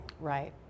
Right